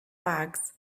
bags